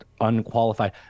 unqualified